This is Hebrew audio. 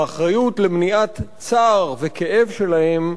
האחריות למניעת צער וכאב שלהם,